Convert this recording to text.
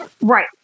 Right